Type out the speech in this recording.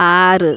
ஆறு